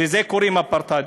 לזה קוראים אפרטהייד.